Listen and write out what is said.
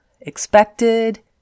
expected